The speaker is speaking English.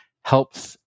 helps